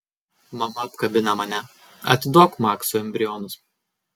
mama apkabina mane atiduok maksui embrionus